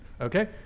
okay